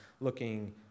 looking